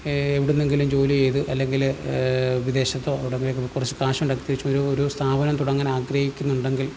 എവിടുന്നെങ്കിലും ജോലി ചെയ്ത് അല്ലെങ്കിൽ വിദേശത്തോ എവിടെയെങ്കിലും കുറച്ച് കാശുണ്ടാക്കി തിരിച്ച് വരുമ്പോൾ ഒരു സ്ഥാപനം തുടങ്ങാൻ ആഗ്രഹിക്കുന്നുണ്ടെങ്കിൽ